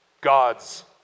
God's